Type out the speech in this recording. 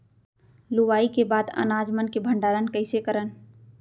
लुवाई के बाद अनाज मन के भंडारण कईसे करन?